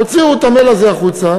הוציאו את המייל הזה החוצה,